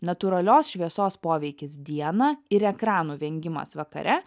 natūralios šviesos poveikis dieną ir ekranų vengimas vakare